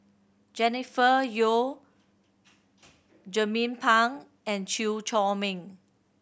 Jennifer Yeo Jernnine Pang and Chew Chor Meng